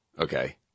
okay